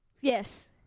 Yes